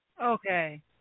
Okay